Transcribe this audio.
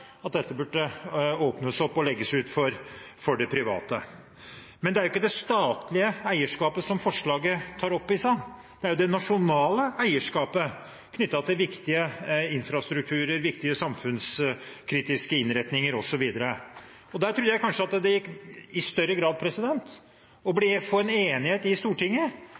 at det burde åpnes opp og legges ut for det private. Men det er ikke det statlige eierskapet forslaget tar opp i seg. Det er det nasjonale eierskapet knyttet til viktig infrastruktur, viktige samfunnskritiske innretninger osv. Jeg trodde kanskje det i større grad gikk an å få en enighet i Stortinget